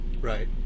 Right